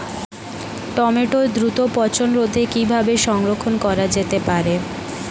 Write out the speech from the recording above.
টমেটোর দ্রুত পচনরোধে কিভাবে সংরক্ষণ করা যেতে পারে?